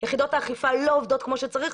יחידות האכיפה לא עובדות כמו שצריך,